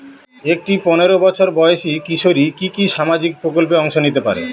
একটি পোনেরো বছর বয়সি কিশোরী কি কি সামাজিক প্রকল্পে অংশ নিতে পারে?